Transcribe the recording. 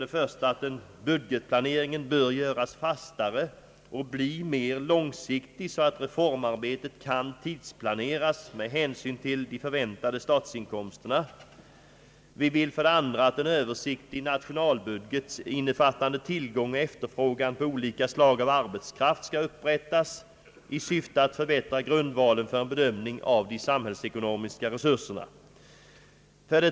1) Budgetplaneringen bör göras fastare och bli mer långsiktig, så att reformarbetet kan tidsplaneras med hänsyn till de förväntade statsinkomsterna. 2) En översiktlig nationalbudget bör upprättas, innefattande tillgång och efterfrågan på olika slag av arbetskraft, 1 syfte att förbättra bedömningen av de samhällsekonomiska resurserna.